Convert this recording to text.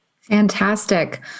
Fantastic